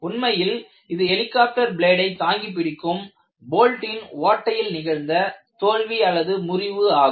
உண்மையில் இது ஹெலிகாப்டர் பிளேடை தாங்கிப் பிடிக்கும் போல்ட்டின் ஓட்டையில் நிகழ்ந்த தோல்வி முறிவாகும்